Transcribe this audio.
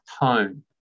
tone